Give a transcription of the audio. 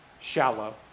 shallow